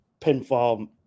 pinfall